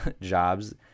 jobs